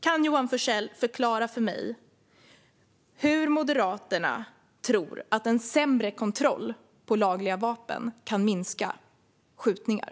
Kan Johan Forssell förklara för mig hur Moderaterna kan tro att en sämre kontroll över lagliga vapen kan minska antalet skjutningar?